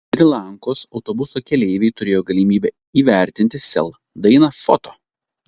šri lankos autobuso keleiviai turėjo galimybę įvertinti sel dainą foto